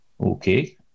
Okay